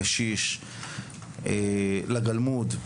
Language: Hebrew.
לקשיש ולגלמוד,